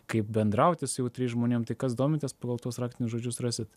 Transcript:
kaip bendrauti su jautriais žmonėm tai kas domitės pagal tuos raktinius žodžius rasit